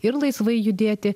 ir laisvai judėti